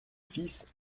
fils